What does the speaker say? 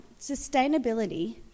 Sustainability